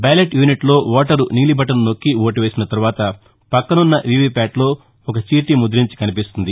ballot యూనిట్లో ఓటరు నీలిబటన్ నొక్కి ఓటు వేసిన తర్వాత పక్కనున్న వీవీ ప్యాట్లో ఒక చీటి ముద్దించి కనిపిస్తుంది